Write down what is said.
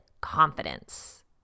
confidence